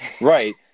Right